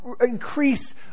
increase